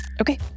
Okay